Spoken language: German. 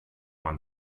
man